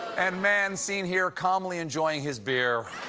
and man seen here calmly enjoying his beer,